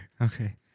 Okay